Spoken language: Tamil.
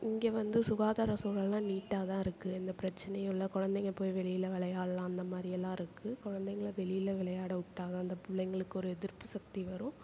இங்கே வந்து சுகாதார சூழல்லாம் நீட்டாக தான் இருக்குது எந்த ப்ரச்சினையும் இல்லை குழந்தைங்க போய் வெளியில் விளையாட்லாம் அந்த மாதிரி எல்லாம் இருக்குது குழந்தைங்கள வெளியில் விளையாட விட்டா தான் அந்த பிள்ளைங்களுக்கு ஒரு எதிர்ப்புசக்தி வரும்